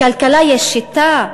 בכלכלה יש שיטה,